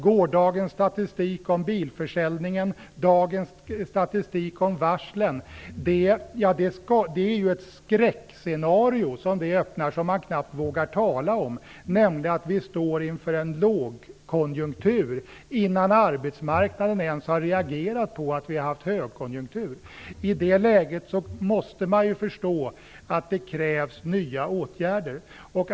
Gårdagens statistik om bilförsäljningen och dagens statistik om varslen öppnar ett skräckscenario som man knappt vågar tala om, nämligen att vi står inför en lågkonjunktur innan arbetsmarknaden ens har reagerat på att vi haft högkonjunktur. I det läget måste man förstå att det krävs nya åtgärder.